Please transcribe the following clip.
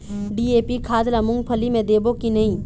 DAP खाद ला मुंगफली मे देबो की नहीं?